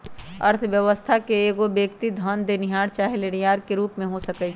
अर्थव्यवस्था में एगो व्यक्ति धन देनिहार चाहे लेनिहार के रूप में हो सकइ छइ